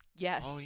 Yes